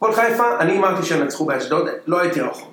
הפועל חיפה, אני אמרתי שהם ינצחו באשדוד, לא הייתי רחוק